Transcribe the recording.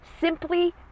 simply